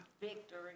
Victory